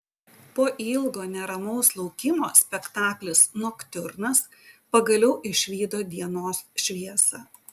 po ilgo neramaus laukimo spektaklis noktiurnas pagaliau išvydo dienos šviesą